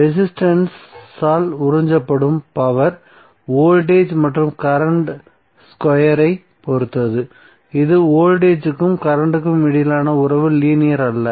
resistance ஆல் உறிஞ்சப்படும் power voltage மற்றும் கரண்ட் ஸ்கொயர் ஐ பொறுத்தது இது வோல்டேஜ்க்கும் கரண்டுக்கும் இடையிலான உறவு லீனியர் அல்ல